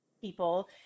people